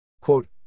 Quote